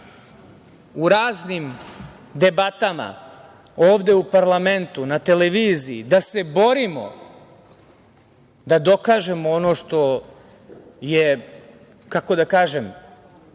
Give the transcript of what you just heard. u raznim debatama, ovde u parlamentu, na televiziji, da se borimo da dokažemo ono što je, kako da kažem,